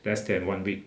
less than one week